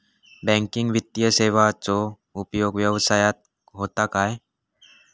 Banking वित्तीय सेवाचो उपयोग व्यवसायात होता काय?